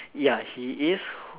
ya he is